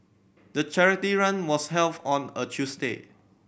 the charity run was held on a Tuesday